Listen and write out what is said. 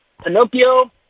Pinocchio